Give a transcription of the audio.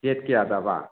date ꯀꯌꯥꯗꯕ